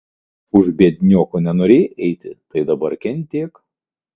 už biednioko nenorėjai eiti tai dabar kentėk